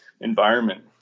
environment